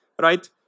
right